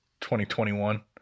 2021